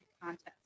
contest